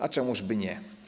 A czemuż by nie?